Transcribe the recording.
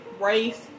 Race